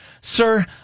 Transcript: sir